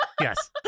yes